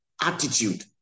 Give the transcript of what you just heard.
attitude